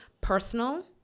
Personal